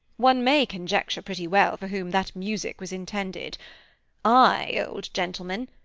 one may conjecture pretty well for whom that music was intended aye, old gentleman,